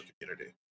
community